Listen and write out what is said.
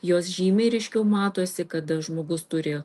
jos žymiai ryškiau matosi kada žmogus turi